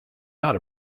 not